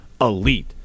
elite